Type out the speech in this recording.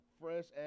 fresh